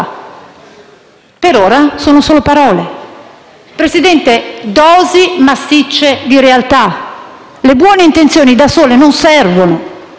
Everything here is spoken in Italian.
Per ora sono solo parole. Presidente, dosi massicce di realtà: le buone intenzioni da sole non servono.